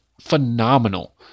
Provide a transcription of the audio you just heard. phenomenal